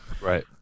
right